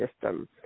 system